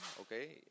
okay